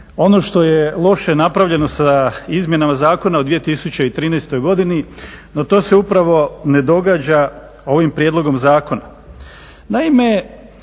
ono što je loše napravljeno sa izmjenama zakona u 2013. godini no to se upravo ne događa ovim prijedlogom zakona.